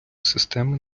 системи